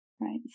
Right